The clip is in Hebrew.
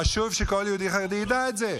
חשוב שכל יהודי חרדי ידע את זה.